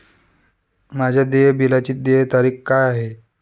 माझ्या देय बिलाची देय तारीख काय आहे?